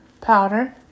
powder